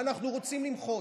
ואנחנו רוצים למחות.